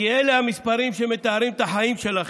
כי אלה המספרים שמתארים את החיים שלכם.